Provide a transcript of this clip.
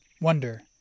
Wonder